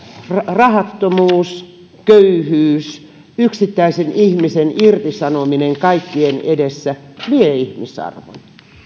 rahattomuus köyhyys tai yksittäisen ihmisen irtisanominen kaikkien edessä vie ihmisarvon